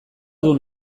dun